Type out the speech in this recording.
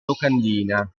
locandina